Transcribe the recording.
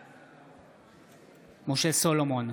בעד משה סולומון,